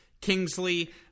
Kingsley